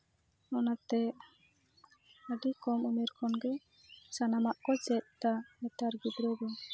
ᱚᱱᱟᱛᱮ ᱟᱹᱰᱤ ᱠᱚᱢ ᱩᱢᱮᱨ ᱠᱷᱚᱱ ᱜᱮ ᱥᱟᱱᱟᱢᱟᱜ ᱠᱚ ᱪᱮᱫ ᱮᱫᱟ ᱱᱮᱛᱟᱨ ᱜᱤᱫᱽᱨᱟᱹ ᱫᱚ